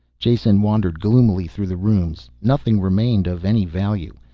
jason wandered gloomily through the rooms. nothing remained of any value.